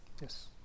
Yes